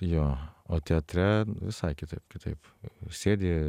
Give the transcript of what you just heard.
jo o teatre visai kitaip kitaip sėdi